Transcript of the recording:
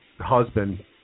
husband